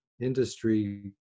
industry